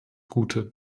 gute